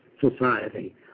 society